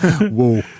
Whoa